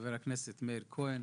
חבר הכנסת מאיר כהן,